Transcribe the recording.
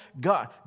God